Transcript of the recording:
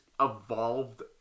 evolved